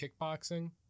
kickboxing